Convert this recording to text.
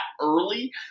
early